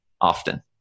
often